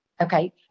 Okay